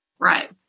Right